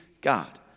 God